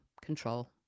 control